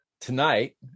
Tonight